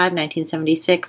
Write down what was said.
1976